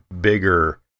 bigger